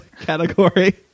category